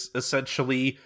essentially